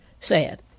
sad